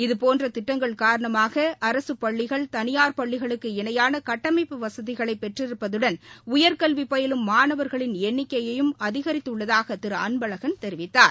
இதுபோன்ற திட்டங்கள் காரணமாக அரசுப் பள்ளிகள் தனியார் பள்ளிகளுக்கு இணையான கட்டமைப்பு வசதிகளை பெற்றிருப்பதுடன் உயர்கல்வி பயிலும் மாணவர்களின் எண்ணிக்கையும் அதிகரித்துள்ளதாக திரு அன்பழகன் தெரிவித்தார்